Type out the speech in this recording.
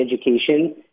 education